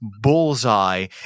bullseye